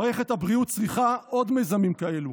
מערכת הבריאות בישראל צריכה עוד מיזמים כאלו,